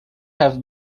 have